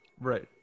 Right